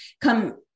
come